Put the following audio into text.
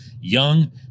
young